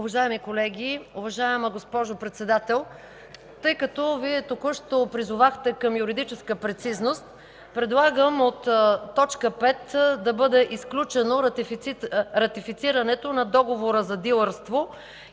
Уважаеми колеги! Уважаема госпожо Председател, тъй като Вие току-що призовахте към юридическа прецизност, предлагам от точка пет да бъде изключено ратифицирането на Договора за дилърство